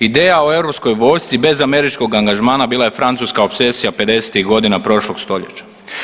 Ideja o europskoj vojski bez američkog angažmana bila je francuska opsesija 50-ih godina prošlog stoljeća.